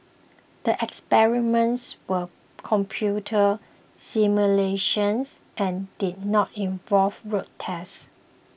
the experiments were computer simulations and did not involve road tests